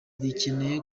dukeneye